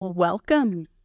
welcome